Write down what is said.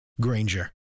Granger